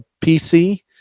PC